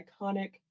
iconic